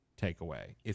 takeaway